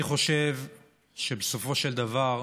אני חושב שבסופו של דבר,